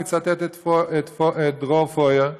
אני מצטט את דרור פויר,